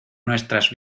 nuestras